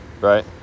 right